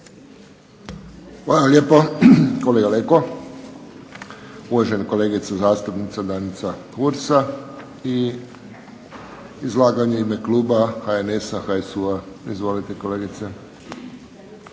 Hvala lijepa. Kolega Leko. Uvažena kolegica zastupnica Danica Hursa i izlaganje u ime Kluba HNS-a HSU-a, izvolite kolegice. **Hursa,